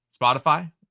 Spotify